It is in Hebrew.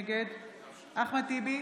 נגד אחמד טיבי,